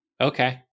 okay